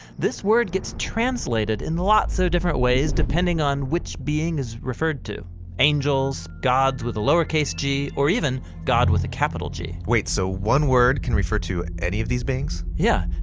this word gets translated in lots of so different ways, depending on which being is referred to angels, god with a lower case g, or even god with a capital g. wait! so, one word can refer to any of these beings? yeah.